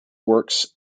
works